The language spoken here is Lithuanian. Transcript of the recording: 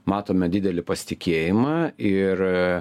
matome didelį pasitikėjimą ir